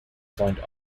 find